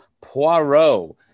Poirot